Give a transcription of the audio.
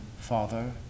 Father